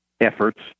efforts